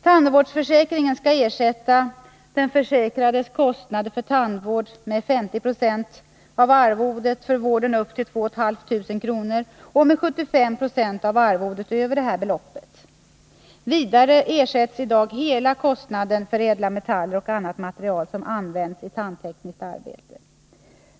Tandvårdsförsäkringen skall i dag ersätta den försäkrades kostnader för tandvård med 50 96 av arvodet för vården upp till 2 500 kr. och med 75 96 av arvodet över detta belopp. Vidare ersätts i dag hela kostnaden för ädla metaller och annat material som används i tandtekniskt arbete.